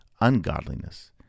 ungodliness